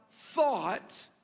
Thought